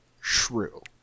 Shrew